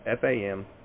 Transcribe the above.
FAM